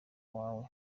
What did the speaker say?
wawe